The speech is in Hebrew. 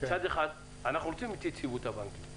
מצד אחד אנחנו רוצים את יציבות הבנקים,